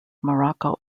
morocco